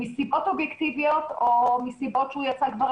מסיבות אובייקטיביות או מסיבות שהוא יצא כבר